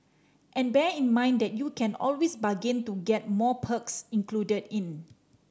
and bear in mind that you can always bargain to get more perks included in